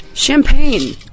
Champagne